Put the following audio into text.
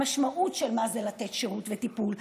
המשמעות של מה זה לתת שירות וטיפול.